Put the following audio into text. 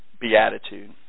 beatitude